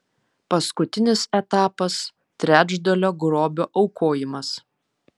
paskutinis etapas trečdalio grobio aukojimas